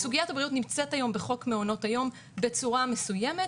סוגיית הבריאות נמצאת היום בחוק מעונות היום בצורה מסוימת,